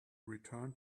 return